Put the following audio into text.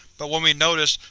but when we noticed,